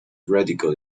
radical